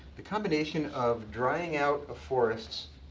the combination of drying out of forests,